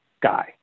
guy